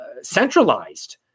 centralized